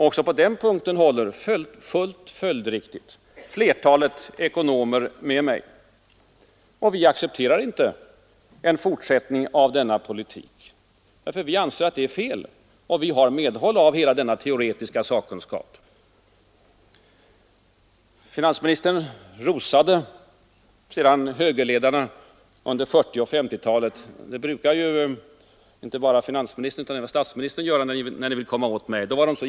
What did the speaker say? Också på den punkten håller följdriktigt flertalet ekonomer med mig. Vi accepterar inte en fortsättning av denna politik. Vi anser den vara fel. Och vi har medhåll av all denna teoretiska sakkunskap. Sedan rosade finansministern högerledarna under 1940 och 1950 talen. Det brukar också statsministern göra, när han vill komma åt mig.